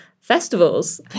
festivals